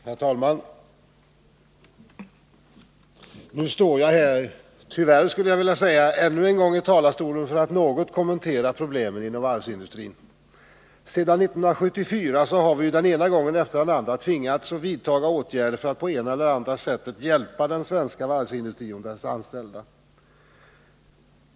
Herr talman! Nu står jag här — tyvärr, skulle jag vilja säga — ännu en gång i talarstolen för att något kommentera problemen inom varvsindustrin. Sedan 1974 har vi ju den ena gången efter den andra tvingats vidta åtgärder för att på ena eller andra sättet hjälpa den svenska varvsindustrin och dess anställda.